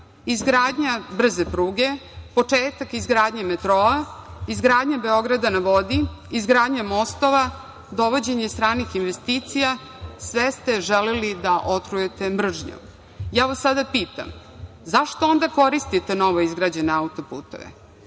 izgradnja brze pruge, početak izgradnje metroa, izgradnja Beograda na vodi, izgradnja mostova, dovođenja stranih investicija, sve ste želeli da otrujete mržnjom. Sada vas pitam – zašto onda koristite novoizgrađene autoputeve,